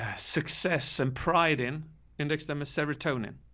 ah success and pride in index them as serotonin.